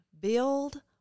Build